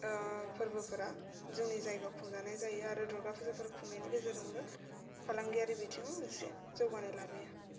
ओ फोरबोफोरा जोंनि जायगायाव खुंजानाय जायो आरो दुर्गा फुजाफोर खुंनायनि गेजेरजोंबो फालांगिरियारि बिथिं मोनसे जौगानाय लाबोयो